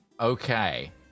Okay